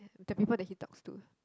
the people that he talks to